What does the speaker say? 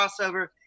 crossover